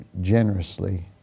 generously